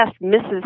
misses